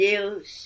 Deus